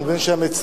אני מבין שהמציעה,